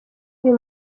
uyu